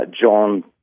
John